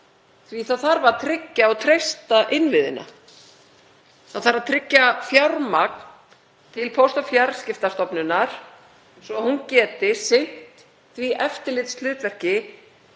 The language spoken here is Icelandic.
því það þarf að tryggja og treysta innviðina. Það þarf að tryggja fjármagn til Fjarskiptastofnunar svo hún geti sinnt því eftirlitshlutverki